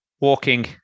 walking